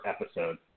episode